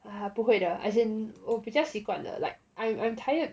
不会的 as in 我比较习惯的 like I I'm tired